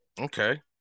Okay